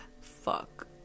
fuck